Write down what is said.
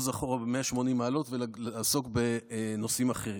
אחורה ב-180 מעלות ולעסוק בנושאים אחרים.